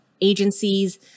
agencies